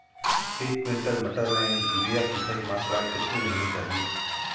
एक क्विंटल मटर में यूरिया की सही मात्रा कितनी होनी चाहिए?